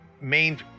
main